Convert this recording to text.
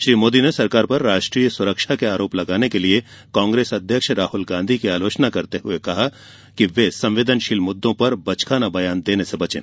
श्री मोदी ने सरकार पर राष्ट्रीय सुरक्षा के आरोप लगाने के लिये कांग्रेस अध्यक्ष राहुल गांधी की आलोचना करते हुए उन्हें कहा कि वे संवेदनशील मुद्दों पर बचकाना बयान देने से बचें